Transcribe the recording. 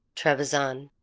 trebizon,